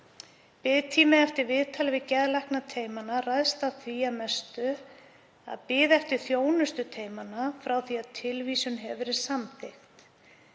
Biðtími eftir viðtali við geðlækna teymanna ræðst að mestu af bið eftir þjónustu teymanna frá því að tilvísun hefur verið samþykkt.